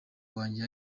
wanjye